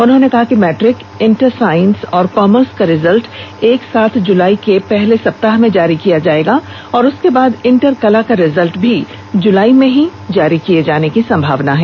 उन्होंने कहा कि मैट्रिक इंटर साइंस और कामर्स का रिजल्ट एक साथ जुलाई के प्रथम सप्ताह में जारी किया जायेगा और उसके बाद इंटर कला का रिजल्ट भी जुलाई में ही जारी किये जाने की संभावना है